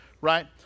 right